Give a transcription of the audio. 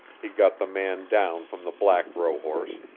he got the man down from the black rohorse,